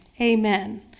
Amen